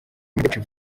amajyepfo